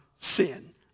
sin